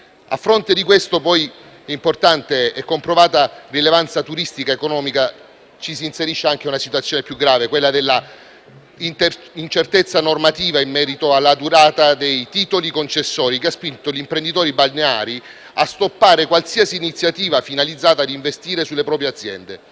A fronte di tale importante e comprovata rilevanza turistica ed economica, si inserisce anche la situazione più grave dell'incertezza normativa in merito alla durata dei titoli concessori, che ha spinto gli imprenditori balneari a stoppare qualsiasi iniziativa finalizzata a investire sulle proprie aziende.